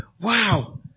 Wow